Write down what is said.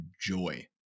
joy